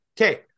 okay